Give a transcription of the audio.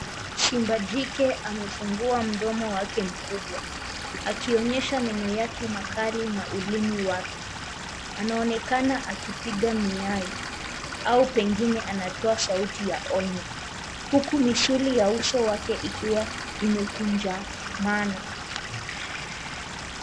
Simba jike amefungua mdomo wake mkubwa akionyesha meno yake makali na ulimi wake. Anaonekana akipiga miayo au pengine anatoa sauti ya onyo juku misuli ya uso wake ikiwa imekunjamana.